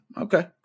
Okay